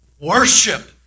Worship